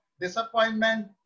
disappointment